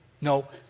No